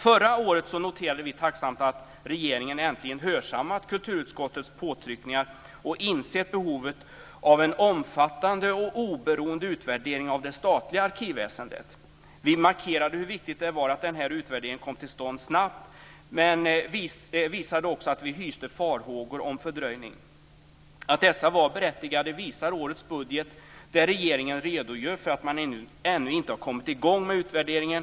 Förra året noterade vi tacksamt att regeringen äntligen hade hörsammat kulturutskottets påtryckningar och insett behovet av en omfattande och oberoende utvärdering av det statliga arkivväsendet. Vi markerade hur viktigt det var att den här utvärderingen snabbt kom till stånd men vi visade också att vi hyste farhågor för en fördröjning. Att dessa var berättigade visar årets budget där regeringen redogör för att man ännu inte har kommit i gång med utvärderingen.